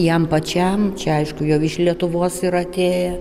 jam pačiam čia aišku jau iš lietuvos yra atėję